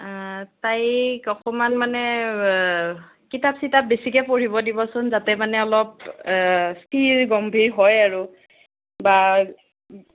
তাইক অকণমান মানে কিতাপ চিটাপ বেছিকৈ পঢ়িব দিবচোন যাতে মানে অলপ স্থিৰ গম্ভীৰ হয় আৰু বা